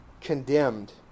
condemned